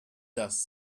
dust